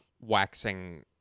waxing